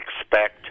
expect